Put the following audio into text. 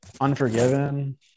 Unforgiven